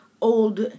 old